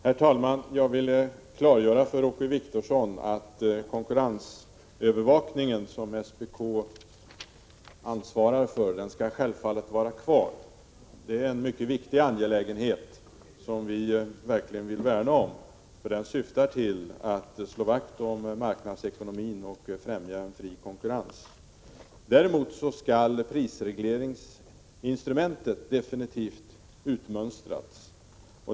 Herr talman! Jag vill klargöra för Åke Wictorsson att den konkurrensövervakning som SPK ansvarar för skall självfallet vara kvar. Det är en mycket viktig angelägenhet som vi verkligen vill värna om, för den syftar till att slå vakt om marknadsekonomin och främja en fri konkurrens. Däremot skall prisregleringsinstrumentet utmönstras.